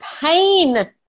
pain